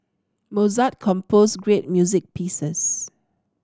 Mozart composed great music pieces